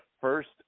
first